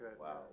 wow